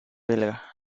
belga